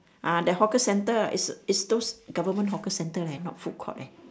ah that hawker centre is is those government hawker centre leh not those food court eh